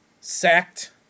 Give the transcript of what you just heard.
sacked